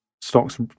stocks